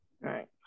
right